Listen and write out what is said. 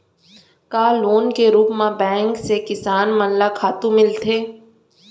का लोन के रूप मा बैंक से किसान मन ला खातू मिलथे?